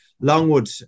Longwood